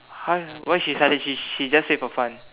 !huh! why she sudden she she just say for fun